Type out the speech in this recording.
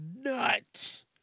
nuts